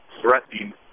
threatening